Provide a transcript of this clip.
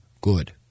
good